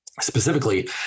Specifically